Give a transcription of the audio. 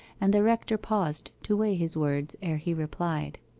and the rector paused to weigh his words ere he replied.